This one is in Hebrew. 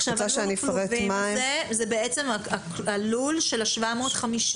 לול הכלובים זה בעצם הלול של ה-750?